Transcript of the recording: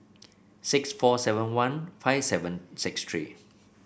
six four seven one five seven six three